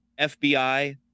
FBI